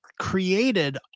created